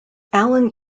allen